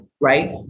Right